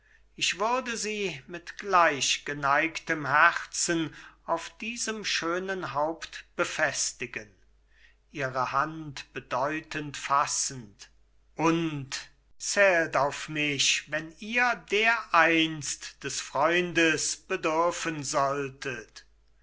ich würde sie mit gleich geneigtem herzen auf diesem schönen haupt befestigen ihre hand bedeutend fassend und zählt auf mich wenn ihr dereinst des freundes bedürfen solltet